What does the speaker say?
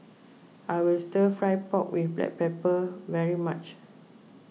I will Stir Fried Pork with Black Pepper very much